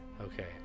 Okay